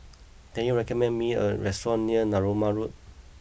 can you recommend me a restaurant near Narooma Road